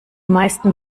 meisten